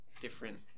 different